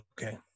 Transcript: Okay